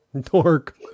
Dork